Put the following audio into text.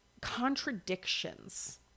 contradictions